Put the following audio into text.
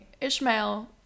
Ishmael